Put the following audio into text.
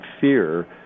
fear